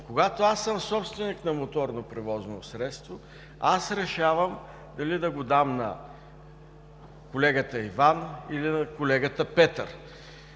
Когато съм собственик на моторно превозно средство, аз решавам дали да го дам на колегата Иван или на колегата Петър.